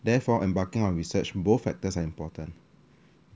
therefore embarking on research both factors are important